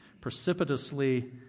precipitously